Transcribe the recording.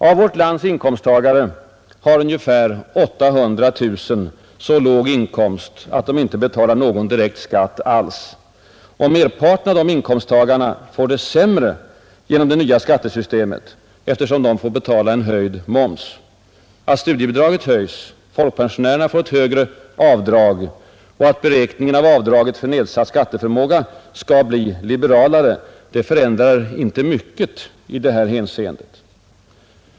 Av vårt lands inkomsttagare har ungefär 800 000 så låg inkomst att de inte betalar någon direkt skatt alls. Merparten av de inkomsttagarna får det sämre genom det nya skattesystemet, eftersom de skall betala en höjd moms. Att studiebidraget höjs, att folkpensionärerna får ett högre avdrag och att beräkningen av avdraget för nedsatt skatteförmåga skall bli liberalare förändrar inte mycket i det hänseendet.